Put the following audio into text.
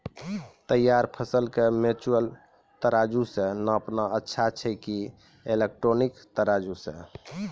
तैयार फसल के मेनुअल तराजु से नापना अच्छा कि इलेक्ट्रॉनिक तराजु से?